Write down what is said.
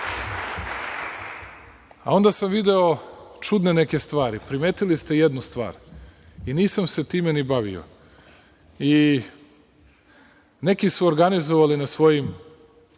sam video čudne neke stvari. Primetili ste jednu stvar i nisam se time ni bavio. Neki su organizovali na svojim